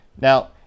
now